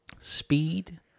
speed